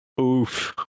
Oof